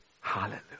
Hallelujah